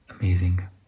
amazing